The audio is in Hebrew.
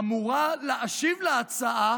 אמורה להשיב על ההצעה